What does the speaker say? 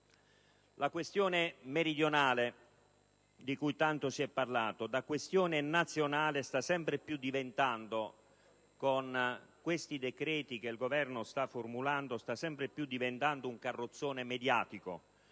La questione meridionale, di cui tanto si è parlato, da questione nazionale sta sempre più diventando - con i decreti che il Governo sta formulando - un carrozzone mediatico,